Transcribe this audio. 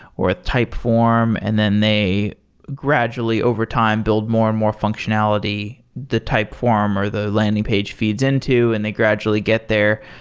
or a type form and then they gradually overtime build more and more functionality the type form or the landing page feeds into and they gradually get there.